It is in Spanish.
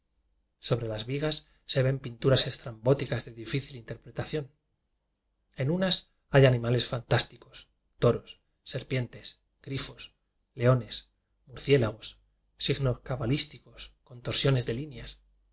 sobre las vigas se ven pinturas estrambóticas de di fícil interpretación en unas hay animales fantásticos toros serpientes grifos leo nes murciélagos signos cabalísticos con torsiones de